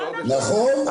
נכון.